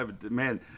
Man